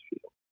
field